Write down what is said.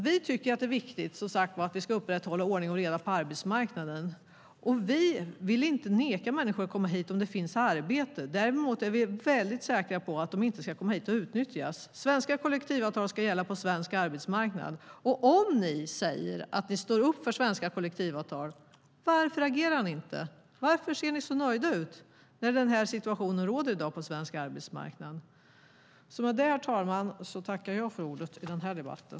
Vi tycker att det är viktigt att vi ska upprätthålla ordning och reda på arbetsmarknaden. Vi vill inte neka människor att komma hit om det finns arbete. Däremot är vi väldigt säkra på att de inte ska komma hit och utnyttjas. Svenska kollektivavtal ska gälla på svensk arbetsmarknad. Om ni säger att ni står upp för svenska kollektivavtal, varför agerar ni inte? Varför ser ni så nöjda ut när den här situationen i dag råder på svensk arbetsmarknad? Herr talman! Med detta tackar jag för ordet i den här debatten.